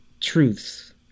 truths